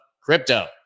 crypto